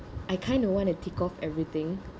I kind of want to take off everything